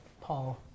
Paul